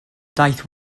daeth